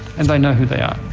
and they know who they are.